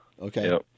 Okay